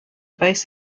base